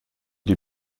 die